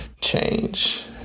change